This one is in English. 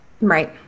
right